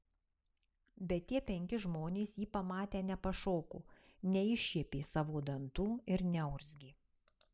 bet tie penki žmonės jį pamatę nepašoko neiššiepė savo dantų ir neurzgė